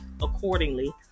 accordingly